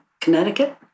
Connecticut